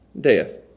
death